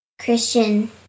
Christian